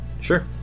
Sure